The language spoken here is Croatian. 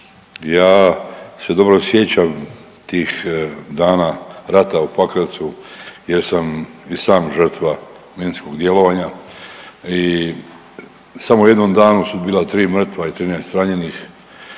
Ja se dobro sjećam tih dana rata u Pakracu jer sam i sam žrtva minskog djelovanja i samo u jednom danu su bila 3 mrtva i 13 ranjenih,